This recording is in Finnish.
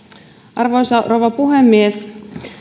arvoisa rouva puhemies